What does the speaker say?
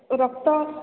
ରକ୍ତ